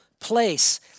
place